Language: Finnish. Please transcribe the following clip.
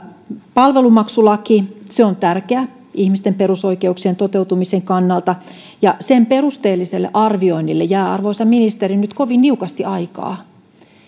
palvelumaksulaki on tärkeä ihmisten perusoikeuksien toteutumisen kannalta ja sen perusteelliselle arvioinnille jää arvoisa ministeri nyt kovin niukasti aikaa